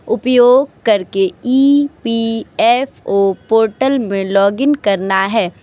उपयोग कर के E P F O portal में लॉगिन करना है